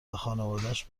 خانوادش